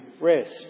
rest